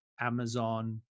Amazon